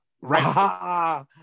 Right